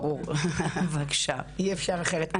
ברור, אי אפשר אחרת.